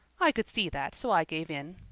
i could see that, so i gave in.